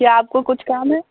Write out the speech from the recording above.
क्या आपको कुछ काम है